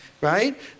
right